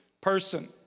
person